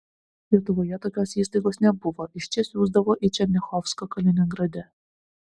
lietuvoje tokios įstaigos nebuvo iš čia siųsdavo į černiachovską kaliningrade